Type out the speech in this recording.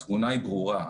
התמונה היא ברורה,